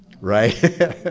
Right